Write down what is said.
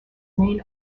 main